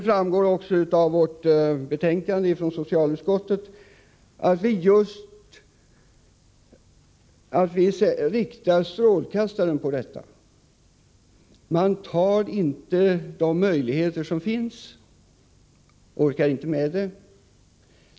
I socialutskottets betänkande riktar vi också strålkastarljuset på detta. Man orkar inte ta till vara de möjligheter som finns.